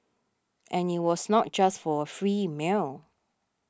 and it was not just for a free meal